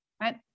right